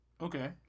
Okay